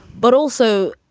but also,